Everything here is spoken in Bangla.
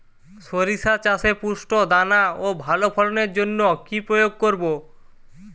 শরিষা চাষে পুষ্ট দানা ও ভালো ফলনের জন্য কি প্রয়োগ করব?